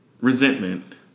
resentment